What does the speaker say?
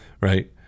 Right